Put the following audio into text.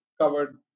covered